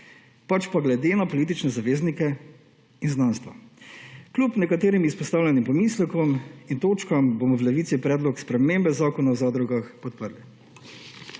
pač glede na politične zaveznike in znanstva. Kljub nekaterim izpostavljenim pomislekom in točkam bomo v Levici predlog spremembe Zakona o zadrugah podprli.